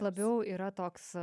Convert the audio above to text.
labiau yra toks